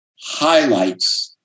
highlights